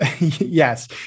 yes